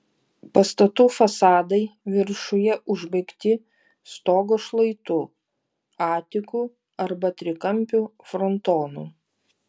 pastatų fasadai viršuje užbaigti stogo šlaitu atiku arba trikampiu frontonu